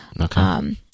Okay